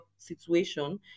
situation